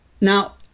Now